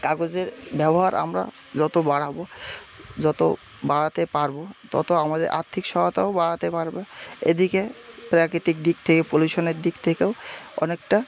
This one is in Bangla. কাগজের ব্যবহার আমরা যত বাড়াব যত বাড়াতে পারব তত আমাদের আর্থিক সহায়তাও বাড়াতে পারবে এদিকে প্রাকৃতিক দিক থেকে পলিউশনের দিক থেকেও অনেকটা